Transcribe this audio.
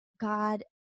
God